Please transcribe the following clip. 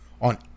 on